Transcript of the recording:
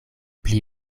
pli